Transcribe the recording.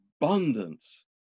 abundance